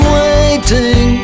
waiting